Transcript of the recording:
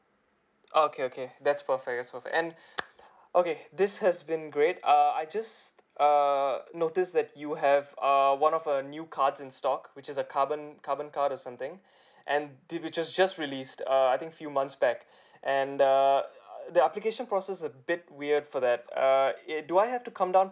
oh okay okay that's perfect that's perfect and okay this has been great uh I just uh noticed that you have uh one of err new cards in stock which is a carbon carbon card or something and did you just just released err I think a few months back and the uh the application process a bit weird for that uh err do I have to come down